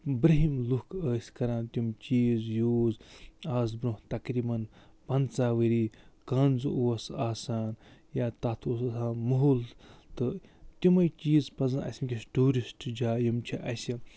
بہرِم لُکھ ٲسۍ کران تِم چیٖز یوٗز آز برونٛہہ تقریٖبَن پَنٛژاہ ؤری کَنٛز اوس آسان یا تَتھ اوس آسان مُہُل تہٕ تِمٕے چیٖز پَزَن اَسہِ ؤنکیٚس ٹوٗرِسٹ جایہِ یِم چھِ اَسہِ